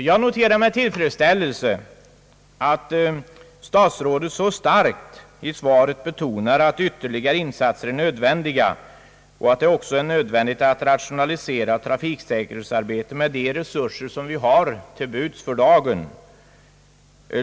Jag noterar med tillfredsställelse att herr statsrådet så starkt i svaret betonar, att ytterligare insatser är nödvändiga och att det också är nödvändigt att rationalisera trafiksäkerhetsarbetet med de resurser som för dagen står till buds.